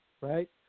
right